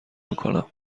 میکنم